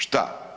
Šta?